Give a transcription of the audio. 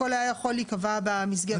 הכול היה יכול להיקבע במסגרת הזאת.